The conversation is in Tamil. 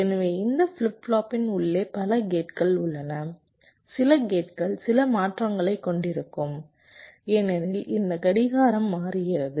எனவே இந்த ஃபிளிப் ஃப்ளாப்பின் உள்ளே பல கேட்கள் உள்ளன சில கேட்கள் சில மாற்றங்களைக் கொண்டிருக்கும் ஏனெனில் இந்த கடிகாரம் மாறுகிறது